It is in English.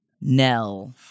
Nell